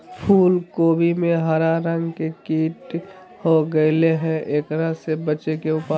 फूल कोबी में हरा रंग के कीट हो गेलै हैं, एकरा से बचे के उपाय?